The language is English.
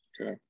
okay